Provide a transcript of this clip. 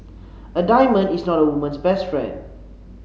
a diamond is not a woman's best friend